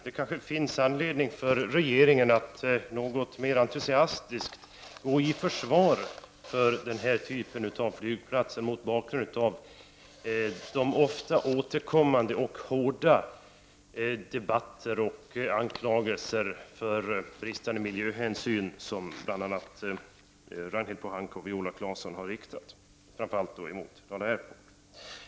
Det kanske finns anledning för regeringen att något mer entusiastiskt gå i försvar för den här typen av flygplatser mot bakgrund av de ofta återkommande och hårda debatterna och mot bakgrund av anklagelserna för bristande miljöhänsyn, som bl.a. Ragnhild Pohanka och Viola Claesson har framfört framför allt mot Dala Airport.